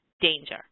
danger